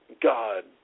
God